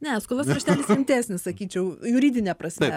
ne skolos raštelis rimtesnis sakyčiau juridine prasme